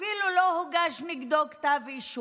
אפילו לא הוגש נגדו כתב אישום,